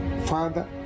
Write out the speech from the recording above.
Father